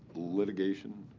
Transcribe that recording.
litigation.